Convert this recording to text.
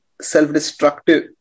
self-destructive